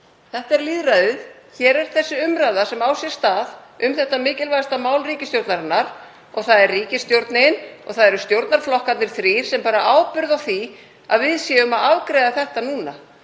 Þetta er lýðræðið. Hér er þessi umræða sem á sér stað um þetta mikilvægasta mál ríkisstjórnarinnar. Það er ríkisstjórnin og það eru stjórnarflokkarnir þrír sem bera ábyrgð á því að við séum að afgreiða þetta núna.